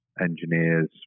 engineers